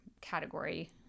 category